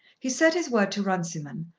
he said his word to runciman,